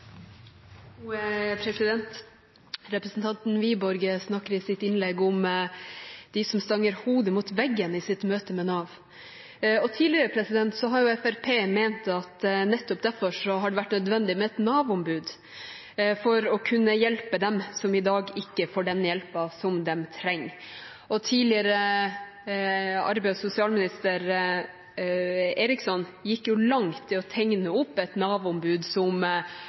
Representanten Wiborg snakker i sitt innlegg om dem som «stanger hodet i veggen» i sitt møte med Nav. Tidligere har Fremskrittspartiet ment at nettopp derfor har det vært nødvendig med et Nav-ombud for å kunne hjelpe dem som i dag ikke får den hjelpen som de trenger. Tidligere arbeids- og sosialminister Eriksson gikk jo langt i å tegne opp et Nav-ombud som